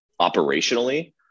operationally